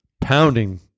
pounding